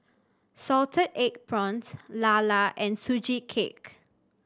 salted egg prawns lala and Sugee Cake